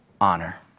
honor